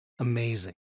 amazing